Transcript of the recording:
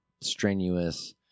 strenuous